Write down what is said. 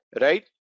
right